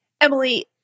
Emily